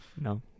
No